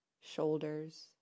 shoulders